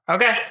Okay